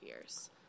years